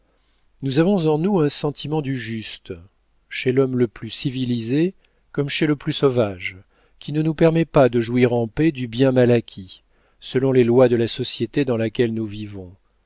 nous avons en nous un sentiment du juste chez l'homme le plus civilisé comme chez le plus sauvage qui ne nous permet pas de jouir en paix du bien mal acquis selon les lois de la société dans laquelle nous vivons